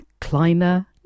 Kleiner